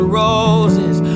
roses